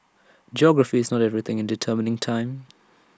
geography is not everything in determining time